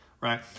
right